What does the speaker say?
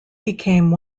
became